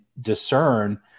discern